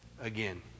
again